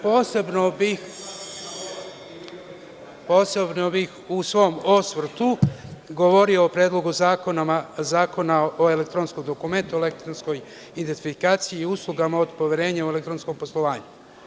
Posebno bih u svom osvrtu govorio predlogu Zakona o elektronskom dokumentu, elektronskoj identifikaciji i uslugama od poverenja u elektronskom poslovanju.